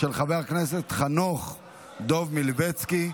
של חבר הכנסת חנוך דב מלביצקי.